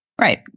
Right